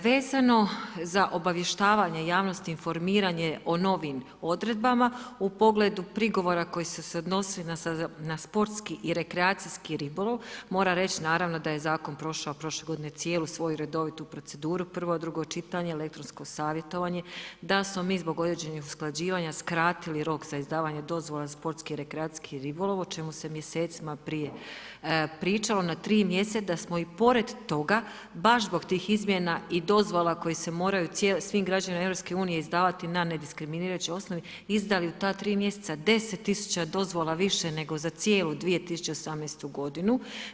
Vezano za obavještavanje javnosti i informiranje o novim odredbama u pogledu prigovora koji su se odnosili na sportski i rekreacijski ribolov, moram reći naravno da je zakon prošao prošle godine cijelu svoju redovitu proceduru, prvo, drugo čitanje, lektorsko savjetovanje, da smo mi zbog određenih usklađivanja skratili rok za izdavanje dozvola sportski rekreacijski ribolov o čemu se mjesecima prije pričalo na 3 mjeseca, da smo i pored toga, baš zbog tih izmjena i dozvola koji se moraju svim građanima EU izdavati na ne diskriminirajućoj osnovi izdali u ta tri mjeseca 10 000 dozvola više, nego za cijelu 2018. godinu.